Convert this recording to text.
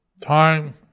time